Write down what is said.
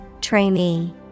Trainee